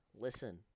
listen